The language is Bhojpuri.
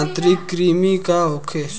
आंतरिक कृमि का होखे?